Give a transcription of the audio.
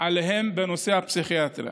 עליהם בנושא הפסיכיאטריה,